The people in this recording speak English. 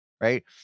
right